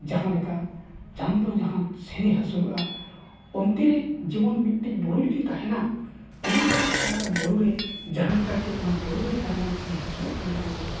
ᱡᱟᱦᱟᱸᱞᱮᱠᱟ ᱪᱟᱸᱫᱳ ᱡᱟᱦᱟᱸ ᱥᱮᱱᱮ ᱦᱟᱹᱥᱩᱨᱚᱜᱼᱟ ᱚᱱᱛᱮᱨᱮ ᱡᱮᱢᱚᱱ ᱢᱤᱫᱴᱤᱡ ᱵᱩᱨᱩ ᱡᱩᱫᱤ ᱛᱟᱦᱮᱱᱟ ᱮᱱᱠᱷᱟᱱ ᱚᱱᱟ ᱵᱩᱨᱩᱨᱮ ᱡᱟᱦᱟᱸᱞᱮᱠᱟ ᱪᱮᱫ ᱚᱱᱟ ᱵᱩᱨᱩ ᱨᱮᱜᱮ ᱛᱟᱨᱢᱟᱱᱮ ᱚᱸᱰᱮ ᱦᱟᱹᱥᱩᱨᱚᱜ ᱠᱟᱱ ᱞᱮᱠᱟᱭ ᱧᱮᱞᱚᱜᱼᱟ